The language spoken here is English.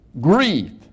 grief